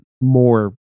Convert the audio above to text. more